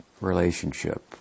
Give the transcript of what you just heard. relationship